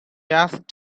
asked